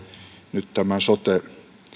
nyt tämän sote